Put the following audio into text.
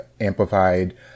amplified